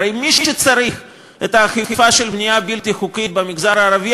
הרי מי שצריך את האכיפה של בנייה בלתי חוקית במגזר הערבי,